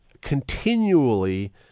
continually